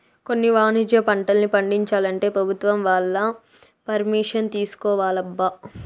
కొన్ని వాణిజ్య పంటల్ని పండించాలంటే పెభుత్వం వాళ్ళ పరిమిషన్ తీసుకోవాలబ్బా